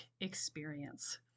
experience